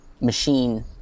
machine